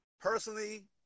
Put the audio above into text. personally